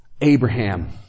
Abraham